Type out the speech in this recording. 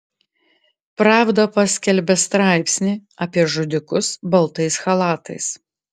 pravda paskelbė straipsnį apie žudikus baltais chalatais